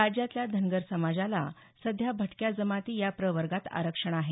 राज्यातल्या धनगर समाजाला सध्या भटक्या जमाती या प्रवर्गात आरक्षण आहे